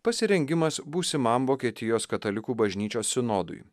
pasirengimas būsimam vokietijos katalikų bažnyčios sinodui